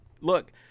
look